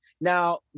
Now